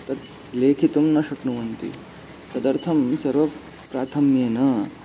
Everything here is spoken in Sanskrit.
तद् लेखितुं न शक्नुवन्ति तदर्थं सर्वप्राथम्येन